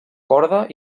corda